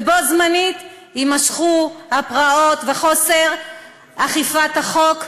ובו בזמן יימשכו הפרעות וחוסר אכיפת החוק,